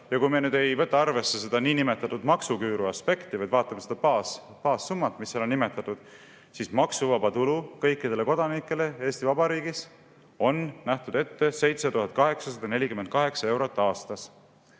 Kui me ei võta arvesse seda niinimetatud maksuküüru aspekti, vaid vaatame baassummat, mis seal on nimetatud, siis maksuvaba tulu kõikidele kodanikele Eesti Vabariigis on ette nähtud 7848 eurot aastas.